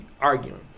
arguing